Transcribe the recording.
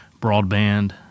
broadband